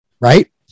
right